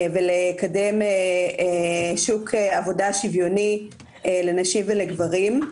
ולקדם שוק עבודה שוויוני לנשים ולגברים.